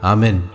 Amen